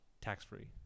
tax-free